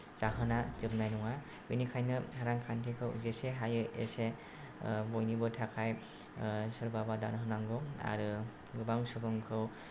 जाहोना जोबनाय नङा बेनिखायनो रांखान्थिखौ जेसे हायो एसे बयनिबो थाखाय सोरबाबा दान होनांगौ आरो गोबां सुबुंखौ